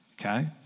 okay